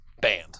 banned